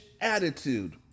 attitude